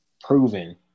proven